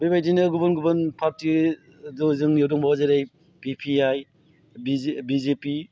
बेबायदिनो गुबुन गुबुन पार्टि जोंनियाव दंबावो जेरै B P I B J P